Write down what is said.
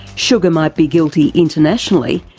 sugar might be guilty internationally,